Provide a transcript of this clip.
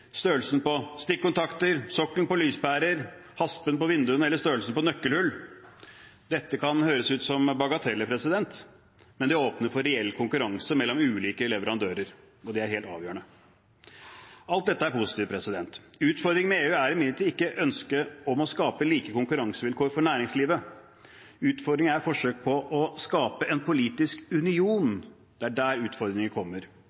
størrelsen på stikkontakter, sokkelen på lyspærer, haspen på vinduene eller størrelsen på nøkkelhull. Dette kan høres ut som bagateller, men det åpner for reell konkurranse mellom ulike leverandører, og det er helt avgjørende. Alt dette er positivt. Utfordringen med EU er imidlertid ikke ønsket om å skape like konkurransevilkår for næringslivet. Utfordringen er forsøk på å skape en politisk union – det er der utfordringen kommer.